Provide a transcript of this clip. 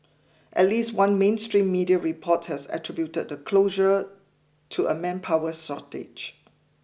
at least one mainstream media report has attributed the closure to a manpower shortage